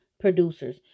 producers